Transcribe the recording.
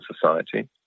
society